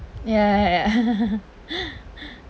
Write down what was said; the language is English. ya ya ya